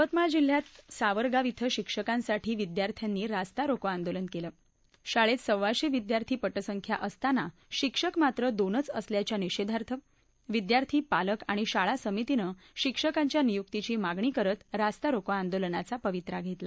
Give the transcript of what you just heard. यवतमाळ जिल्ह्यात सावरगाव अ शिक्षकांसाठी विद्यार्थ्यांनी रास्ता रोको आंदोलन केलं शाळेत सव्वाशे विद्यार्थी पटसंख्या असताना शिक्षक मात्र दोनच असल्याच्या निषेधात विद्यार्थी पालक आणि शाळा समितीनं शिक्षकाच्या नियुक्तीची मागणी करत रास्ता रोको आंदोलनाचा पवित्रा घेतला